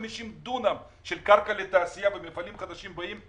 דונם של קרקע לתעשייה ומפעלים חדשים באים,